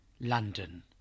London